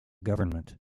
government